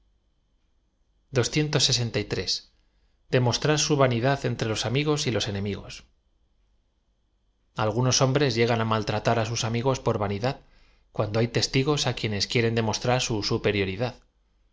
r su vanidad entre los amigos y los ena migos algunos hombres llegan a m altratar á sus amigos por vanidad cuando hay testigos á quienes quieren demostrar su superioridad